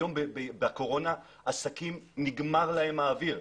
היום בתקופת הקורונה, לעסקים נגמר האוויר.